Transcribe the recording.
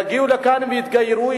יגיעו לכאן ויתגיירו,